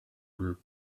group